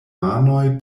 manoj